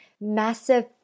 massive